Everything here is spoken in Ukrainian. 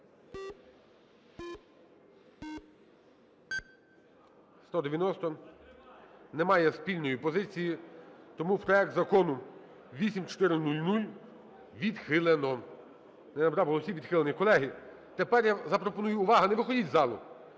190. Немає спільної позиції. Тому проект Закону 8400 відхилено. Не набрав голосів, відхилений. Колеги, тепер я запропоную… Увага! Не виходіть із залу!